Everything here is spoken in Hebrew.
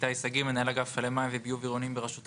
אני מנהל אגף מים וביוב עירוניים ברשות המים.